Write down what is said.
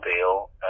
deal